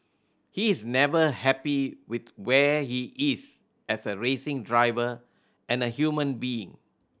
he is never happy with where he is as a racing driver and a human being